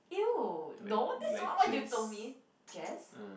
!eww! no that's not what you told me Jess